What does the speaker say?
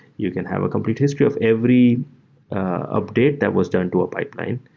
you can have a complete history of every update that was done to a pipeline,